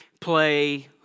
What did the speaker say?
play